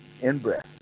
in-breath